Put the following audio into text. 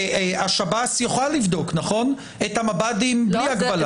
שב"ס יוכל לבדוק את המב"דים בלי הגבלה.